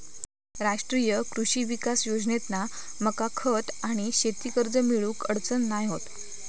राष्ट्रीय कृषी विकास योजनेतना मका खत आणि शेती कर्ज मिळुक अडचण नाय होत